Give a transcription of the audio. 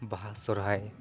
ᱵᱟᱦᱟ ᱥᱚᱨᱦᱟᱭ